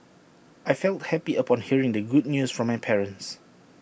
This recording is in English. I felt happy upon hearing the good news from my parents